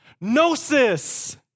Gnosis